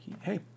hey